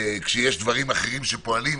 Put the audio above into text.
כשיש דברים אחרים שפועלים.